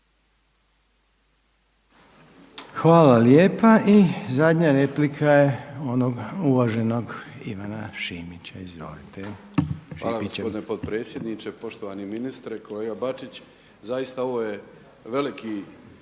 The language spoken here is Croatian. Hvala lijepa. I zadnja replika je ona uvaženog Ivana Šipića. **Šipić, Ivan (HDZ)** Hvala gospodine potpredsjedniče, poštovani ministre. Kolega Bačić zaista ovo je veliki